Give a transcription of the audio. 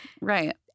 Right